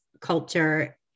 culture